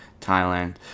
thailand